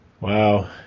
Wow